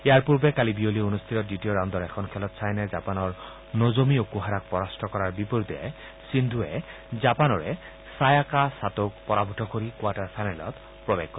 ইয়াৰ পূৰ্বে কালি বিয়লি অনুষ্ঠিত দ্বিতীয় ৰাউণ্ডৰ এখন খেলত ছাইনাই জাপানৰ ন'জ'মি অকুহাৰাক পৰাস্ত কৰাৰ বিপৰীতে সিন্ধুৱে জাপনৰে ছায়াকা ছাটোক পৰাভূত কৰি কোৱাৰ্টাৰ ফাইনেলত প্ৰৱেশ কৰে